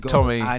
Tommy